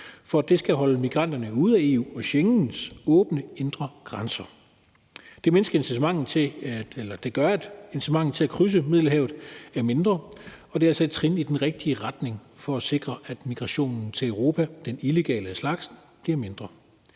For det skal holde migranterne ude af EU og Schengens åbne indre grænser, og det vil gøre, at incitamentet til at krydse Middelhavet er mindre, og det er altså et trin i den rigtige retning for at sikre, at den illegale migration til Europa bliver mindre.